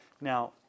Now